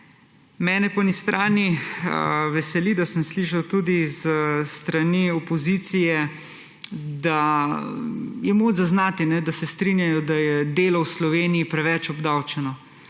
Mene po eni strani veseli, da sem slišal tudi s strani opozicije, moč je zaznati, da se strinjajo, da je delo v Sloveniji preveč obdavčeno.